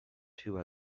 two